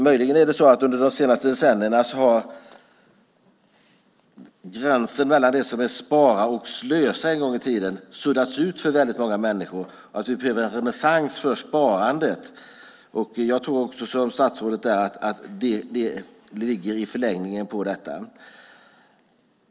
Möjligen har gränsen mellan det som en gång i tiden var Spara och Slösa suddats ut för väldigt många människor under de senaste decennierna. Det blir en renässans för sparandet, och jag tror liksom statsrådet att det ligger i förlängningen på detta.